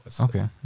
Okay